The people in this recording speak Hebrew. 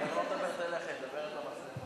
היא לא מדברת אליכם, היא מדברת למצלמות.